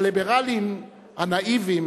הליברלים הנאיבים